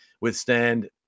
withstand